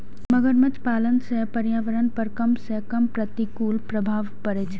मगरमच्छ पालन सं पर्यावरण पर कम सं कम प्रतिकूल प्रभाव पड़ै छै